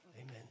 Amen